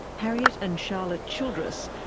harriet and charlotte childress,